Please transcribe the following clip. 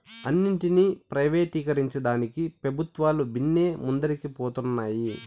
అన్నింటినీ ప్రైవేటీకరించేదానికి పెబుత్వాలు బిన్నే ముందరికి పోతన్నాయి